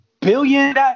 billion